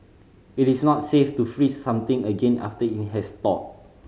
it is not safe to freeze something again after it has thawed